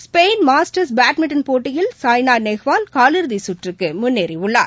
Spain Masters badminton போட்டியில் சாய்னா நேவால் காலிறுதி கற்றுக்கு முன்னேறியுள்ளார்